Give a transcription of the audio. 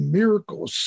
miracles